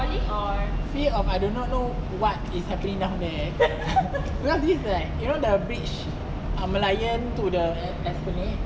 fear of I do not know what is happening down there because these like you know the bridge the merlion to the esplanade